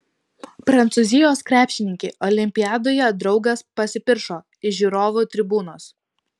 prancūzijos krepšininkei olimpiadoje draugas pasipiršo iš žiūrovų tribūnos